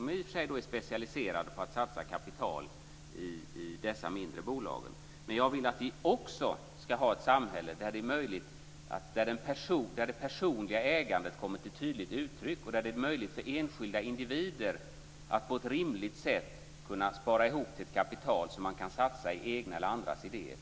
De är i och för sig specialiserade på att satsa kapital i dessa mindre bolag, men jag vill att vi också ska ha ett samhälle där det personliga ägandet kommer till tydligt uttryck och där det är möjligt för enskilda individer att på ett rimligt sätt spara ihop till ett kapital som de kan satsa på egna eller andras idéer.